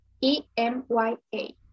e-m-y-a